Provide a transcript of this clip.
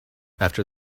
after